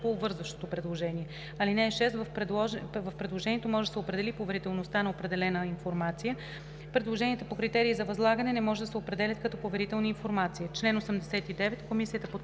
по обвързващото предложение. (6) В предложението може да се определи поверителността на определена информация. Предложенията по критериите за възлагане не може да се определят като поверителна информация.“ Комисията